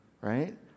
right